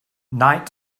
night